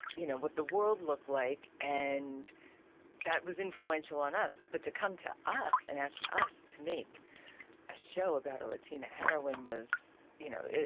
you know, what the world looked like, and that was influential on us. but to come to us and ask us to make a show about a latina heroine was, you know, it.